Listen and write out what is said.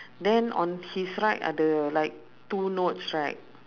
then on his right ada like two notes right